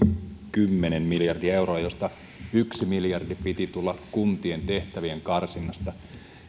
kymmenen miljardia euroa josta yhden miljardin piti tulla kuntien tehtävien karsinnasta